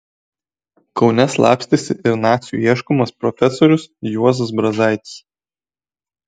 kaune slapstėsi ir nacių ieškomas profesorius juozas brazaitis